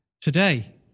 today